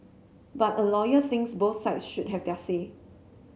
but a lawyer thinks both sides should have their say